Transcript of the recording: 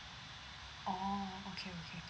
oh okay okay